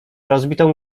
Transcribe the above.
rozbitą